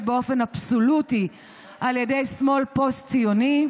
באופן אבסולוטי על ידי שמאל פוסט-ציוני.